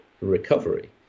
recovery